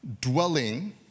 dwelling